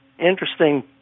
interesting